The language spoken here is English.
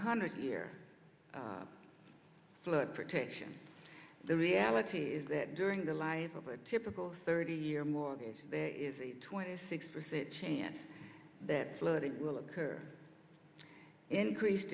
hundred year flood protection the reality is that during the life of a typical thirty year mortgage there is a twenty six percent chance that flooding will occur increase